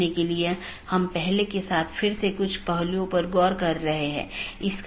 इसपर हम फिर से चर्चा करेंगे